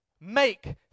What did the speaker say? make